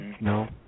No